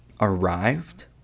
arrived